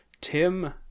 Tim